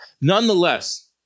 Nonetheless